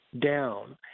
Down